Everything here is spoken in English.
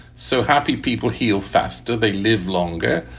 so happy people heal faster. they live longer.